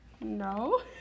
No